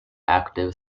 active